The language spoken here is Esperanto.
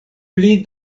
pli